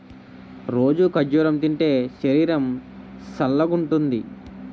రోజూ ఖర్జూరం తింటే శరీరం సల్గవుతుంది